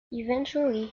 eventually